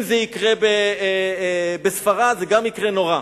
אם זה יקרה בספרד זה גם יהיה נורא.